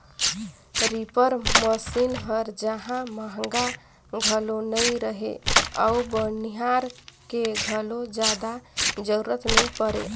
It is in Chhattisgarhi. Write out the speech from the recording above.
रीपर मसीन हर जहां महंगा घलो नई रहें अउ बनिहार के घलो जादा जरूरत नई परे